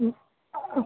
ಹ್ಞೂ ಹ್ಞೂ